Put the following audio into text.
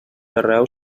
arreu